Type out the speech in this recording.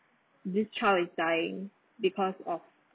this child is dying because of